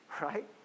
right